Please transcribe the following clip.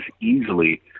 easily